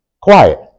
quiet